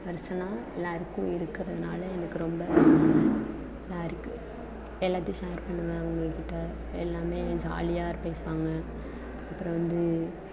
பெர்சனாக எல்லோருக்கும் இருக்கிறதுனால எனக்கு ரொம்ப இதாக இருக்கு எல்லாத்தையும் ஷேர் பண்ணுவேன் அவங்க கிட்டே எல்லாம் ஜாலியாக பேசுவாங்க அப்புறம் வந்து